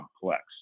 complex